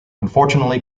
unfortunately